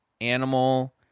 animal